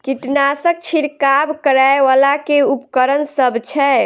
कीटनासक छिरकाब करै वला केँ उपकरण सब छै?